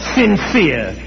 sincere